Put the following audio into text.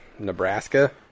nebraska